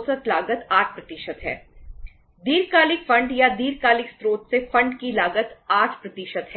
लागत 8 है